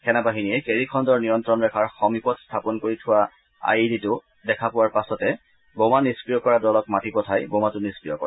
সেনাবাহিনীয়ে কেৰী খণ্ডৰ নিয়ন্তণ ৰেখাৰ সমীপত স্থাপন কৰি থোৱা আই ই ডিটো দেখা পোৱাৰ পাচতে বোমা নিস্ত্ৰিয় কৰা দলক মাতি পঠাই বোমাটো নিস্ত্ৰিয় কৰে